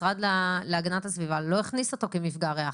המשרד להגנת הסביבה לא הכניס אותו כמפגע ריח,